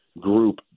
group